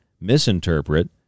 misinterpret